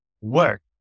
work